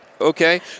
Okay